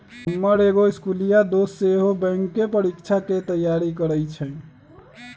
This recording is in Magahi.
हमर एगो इस्कुलिया दोस सेहो बैंकेँ परीकछाके तैयारी करइ छइ